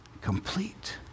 complete